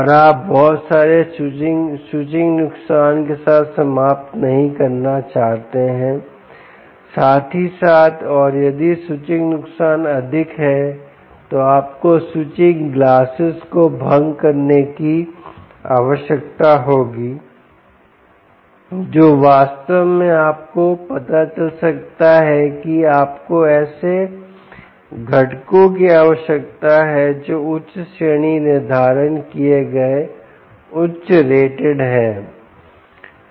और आप बहुत सारे स्विचिंग नुकसान के साथ समाप्त नहीं करना चाहते हैं साथ ही साथ और यदि स्विचिंग नुकसान अधिक हैं तो आपको स्विचिंग गलासेस को भंग करने की आवश्यकता होगी जो वास्तव में आपको पता चल सकता है कि आपको ऐसे घटकों की आवश्यकता है जो उच्च श्रेणी निर्धारण किए गए उच्च रेटेड हैं